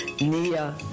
Nia